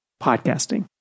podcasting